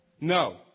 No